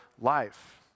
life